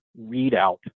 readout